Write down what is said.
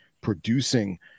producing